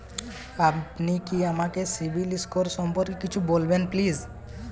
আপনি কি আমাকে সিবিল স্কোর সম্পর্কে কিছু বলবেন প্লিজ?